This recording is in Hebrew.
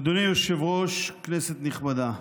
אדוני היושב-ראש, כנסת נכבדה,